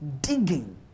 digging